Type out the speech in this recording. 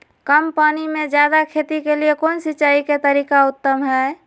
कम पानी में जयादे खेती के लिए कौन सिंचाई के तरीका उत्तम है?